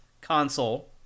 console